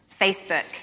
Facebook